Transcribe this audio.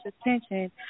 attention